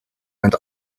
went